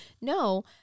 no